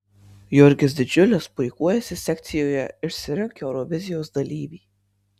jurgis didžiulis puikuojasi sekcijoje išsirink eurovizijos dalyvį